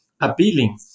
appealing